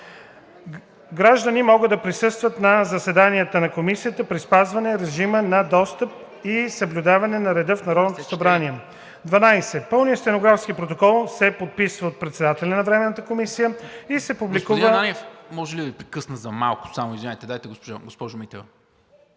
Граждани могат да присъстват на заседанията на комисията при спазване режима на достъп и съблюдаване на реда в Народното събрание. 12. Пълният стенографски протокол се подписва от председателя на временната комисия и се публикува“… ПРЕДСЕДАТЕЛ НИКОЛА МИНЧЕВ: Мога ли да Ви прекъсна за малко, извинявайте. Заповядайте, госпожо Митева.